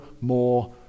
more